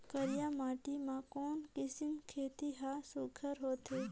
करिया माटी मा कोन किसम खेती हर सुघ्घर होथे?